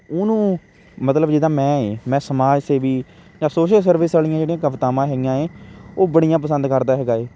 ਉਹਨੂੰ ਮਤਲਬ ਜਿੱਦਾਂ ਮੈਂ ਹੈ ਮੈਂ ਸਮਾਜ ਸੇਵੀ ਜਾ ਸੋਸ਼ਲ ਸਰਵਿਸ ਵਾਲੀਆਂ ਜਿਹੜੀਆਂ ਕਵਿਤਾਵਾਂ ਹੈਗੀਆਂ ਹੈ ਉਹ ਬੜੀਆ ਪਸੰਦ ਕਰਦਾ ਹੈਗਾ ਹੈ